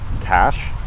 cash